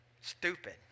stupid